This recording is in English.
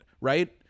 right